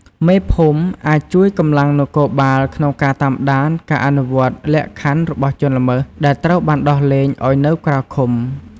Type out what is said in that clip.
មេភូមិអាចជួយកម្លាំងនគរបាលក្នុងការតាមដានការអនុវត្តលក្ខខណ្ឌរបស់ជនល្មើសដែលត្រូវបានដោះលែងឲ្យនៅក្រៅឃុំ។